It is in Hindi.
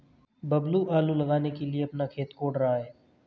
बबलू आलू लगाने के लिए अपना खेत कोड़ रहा है